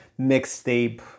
mixtape